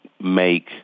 make